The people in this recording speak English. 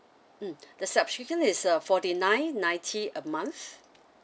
mm the subscription is a forty nine ninety a month